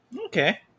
Okay